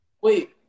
Wait